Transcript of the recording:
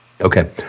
Okay